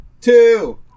Two